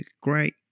great